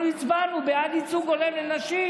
אנחנו הצבענו בעד ייצוג הולם לנשים